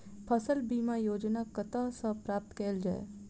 फसल बीमा योजना कतह सऽ प्राप्त कैल जाए?